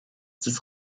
des